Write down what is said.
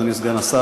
אדוני סגן השר,